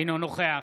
אינו נוכח